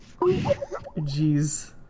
Jeez